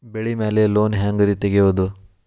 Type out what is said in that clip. ಬೆಳಿ ಮ್ಯಾಲೆ ಲೋನ್ ಹ್ಯಾಂಗ್ ರಿ ತೆಗಿಯೋದ?